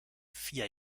vier